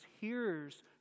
hears